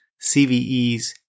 CVEs